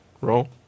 roll